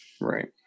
right